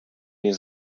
nie